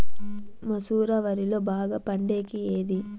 మసూర వరిలో బాగా పండేకి ఏది?